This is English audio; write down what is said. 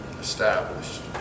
established